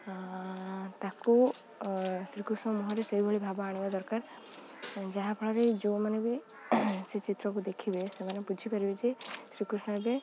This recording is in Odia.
ତା'କୁ ଶ୍ରୀକୃଷ୍ଣ ମୁହଁରେ ସେଇଭଳି ଭାବ ଆଣିବା ଦରକାର ଯାହାଫଳରେ ଯୋଉମାନେ ବି ସେ ଚିତ୍ରକୁ ଦେଖିବେ ସେମାନେ ବୁଝିପାରିବେ ଯେ ଶ୍ରୀକୃଷ୍ଣ ଏବେ